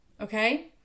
okay